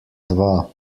dva